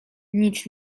nic